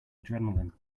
adrenaline